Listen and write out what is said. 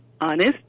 honest